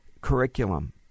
curriculum